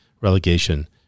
relegation